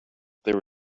there